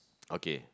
okay